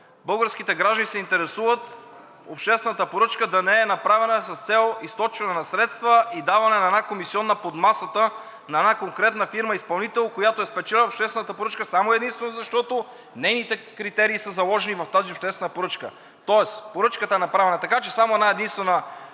Българските граждани се интересуват обществената поръчка да не е направена с цел източване на средства и даване на комисиона под масата на конкретна фирма изпълнител, която е спечелила обществената поръчка само и единствено защото нейните критерии са заложени в тази обществена поръчка. Тоест поръчката е направена така, че само една-единствена